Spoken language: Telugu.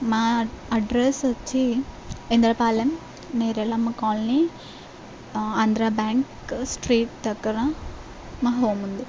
మా అడ్రస్ వచ్చి Indrapalem Nerellamma colony Andhra Bank street దగ్గర మా హోమ్ ఉంది